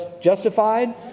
Justified